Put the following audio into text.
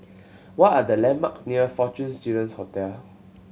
what are the landmarks near Fortune Students Hotel